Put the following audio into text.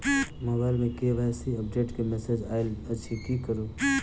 Mobile मे KYC update केँ message आइल अछि की करू?